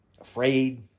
Afraid